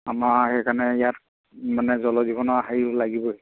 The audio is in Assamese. আমাৰ সেইকাৰণে ইয়াত মানে জল জীৱনৰ হেৰি লাগিবই